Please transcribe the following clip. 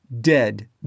Dead